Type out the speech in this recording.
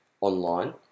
online